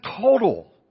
total